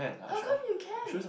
how come you can